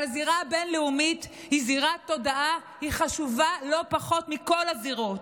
אבל הזירה הבין-לאומית היא זירת תודעה והיא חשובה לא פחות מכל הזירות.